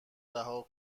رها